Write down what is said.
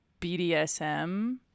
bdsm